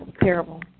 Terrible